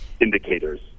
indicators